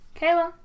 Kayla